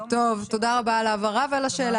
תודה רבה על ההבהרה ועל השאלה